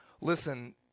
listen